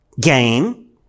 game